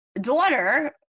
daughter